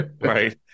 Right